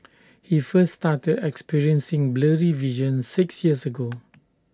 he first started experiencing blurry vision six years ago